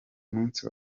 munsi